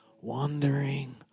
wandering